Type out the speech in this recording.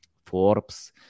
Forbes